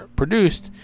produced